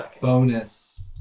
bonus